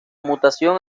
mutación